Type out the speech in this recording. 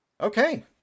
okay